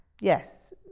yes